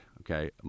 okay